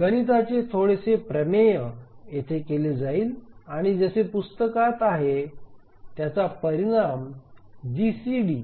गणिताचे थोडेसे प्रमेय येथे केले जाईल आणि जसे पुस्तकात आहे त्याचा परिणाम जीसीडी